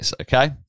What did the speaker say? okay